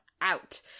out